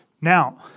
Now